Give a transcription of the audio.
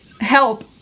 help